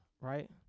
right